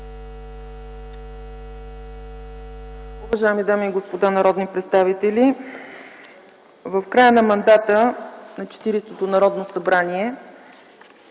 Благодаря